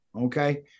Okay